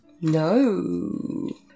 No